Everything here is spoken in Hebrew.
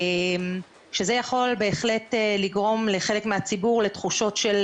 שזה יכול בהחלט לגרום לחלק מהציבור לתחושות של